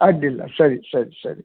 ಅಡ್ಡಿಲ್ಲ ಸರಿ ಸರಿ ಸರಿ